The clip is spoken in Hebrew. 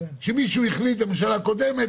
שמישהו החליט בממשלה הקודמת,